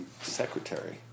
secretary